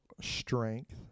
strength